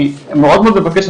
אני מאוד מאוד מבקש,